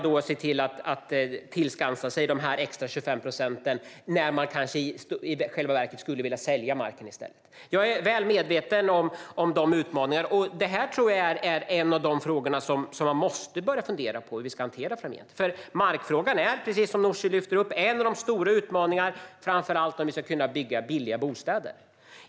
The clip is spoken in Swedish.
De ser till att tillskansa sig de extra 25 procenten när de i själva verket i stället skulle vilja sälja marken. Jag är väl medveten om utmaningarna, och jag tror att detta är en av de frågor som man måste börja fundera på hur vi ska hantera framgent. Markfrågan är, precis som Nooshi lyfter fram, en av de stora utmaningarna, framför allt om vi ska kunna bygga billiga bostäder.